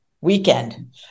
weekend